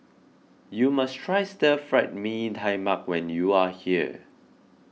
you must try Stir Fried Mee Tai Mak when you are here